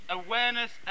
awareness